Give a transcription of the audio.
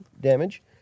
damage